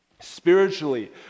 Spiritually